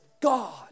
God